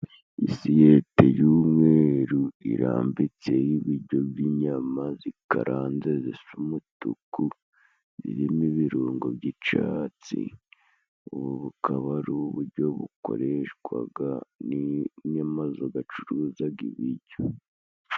Isiyete y'umweru irambitseho ibijyo by'inyama zikaranze zisa umutuku, zirimo ibirungo by'icatsi. Ubu bukaba ari ubujyo bukoreshwaga n'amazu gacuruzaga ibiryo.